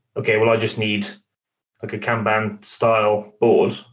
okay. well, i just need like a kanban style board,